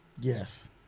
Yes